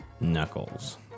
Knuckles